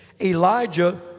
Elijah